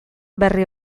berri